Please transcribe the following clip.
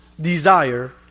desire